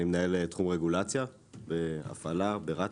אני מנהל תחום רגולציה והפעלה ברת"א.